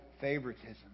favoritism